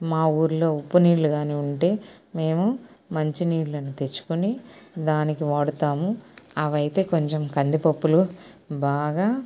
మా ఊరిలో ఉప్పు నీళ్ళు కాని ఉంటే మేము మంచినీళ్ళను తెచ్చుకొని దానికి వాడతాము అవి అయితే కొంచెం కందిపప్పులు బాగా